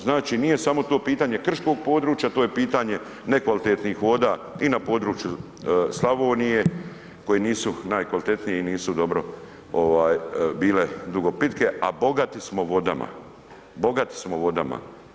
Znači nije samo to pitanje krškog područja, to je pitanje nekvalitetnih voda i na području Slavonije koje nisu najkvalitetnije i nisu bile dugo pitke, a bogati smo vodama, bogati smo vodama.